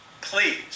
please